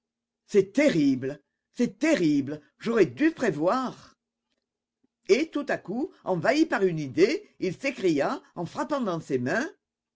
c'est terrible c'est terrible j'aurais dû prévoir et tout à coup envahi par une idée il s'écria en frappant dans ses mains